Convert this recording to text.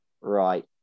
right